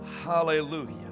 hallelujah